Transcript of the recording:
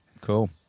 Cool